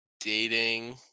dating